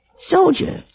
Soldier